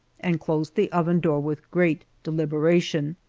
and closed the oven door with great deliberation.